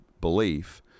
belief